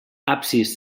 absis